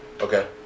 Okay